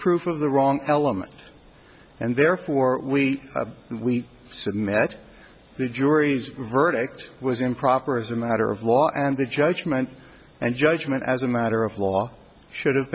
proof of the wrong element and therefore we we submit the jury's verdict was improper as a matter of law and the judgment and judgment as a matter of law should have